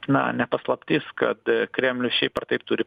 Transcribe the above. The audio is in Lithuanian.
na ne paslaptis kad kremlius šiaip ar taip turi